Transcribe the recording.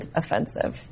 offensive